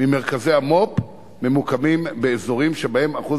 ממרכזי המו"פ ממוקמים באזורים שבהם אחוז